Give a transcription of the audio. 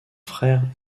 frère